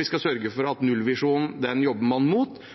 vi skal sørge for at man jobber mot nullvisjonen, og så har vi litt forskjellige virkemidler av og til når det gjelder hva som skal til for at vi skal nå den